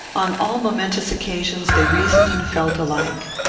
on all momentous occasions, they reasoned and felt alike.